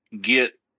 get